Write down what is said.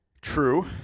True